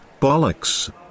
bollocks